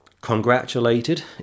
congratulated